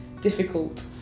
Difficult